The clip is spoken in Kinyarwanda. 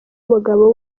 n’umugabo